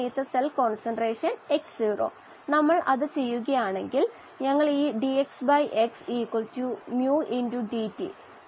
ഇത് നോക്കുകയാണെങ്കിൽ ഒരു നേർരേഖയാണ് അതിനാൽ ഇത് സാധുതയുള്ളതാണ് ഈ ഗ്രാഫ് ഒരു നേർരേഖയുള്ള മേഖലയിൽ മാത്രം